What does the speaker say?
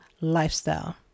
lifestyle